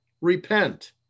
repent